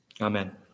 amen